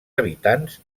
habitants